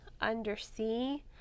undersea